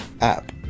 app